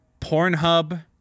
Pornhub